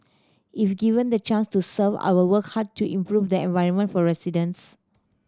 if given the chance to serve I will work hard to improve the environment for residents